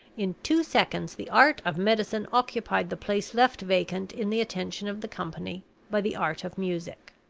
in two seconds the art of medicine occupied the place left vacant in the attention of the company by the art of music.